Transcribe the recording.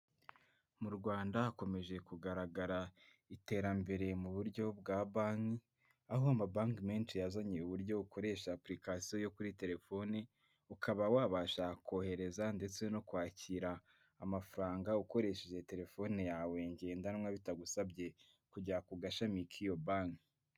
Mu rwanda hakomeje kugaragara iterambere mu buryo bwa banki aho amabanki menshi yazanye uburyo ukoresha apulikasiyo yo kuri telefoni ukaba wabasha kohereza ndetse no kwakira amafaranga ukoresheje telefone yawe ngendanwa bitagusabye kujya ku gashami k'iyo banki.